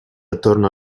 attorno